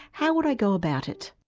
how would i go about it?